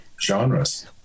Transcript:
genres